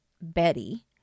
Betty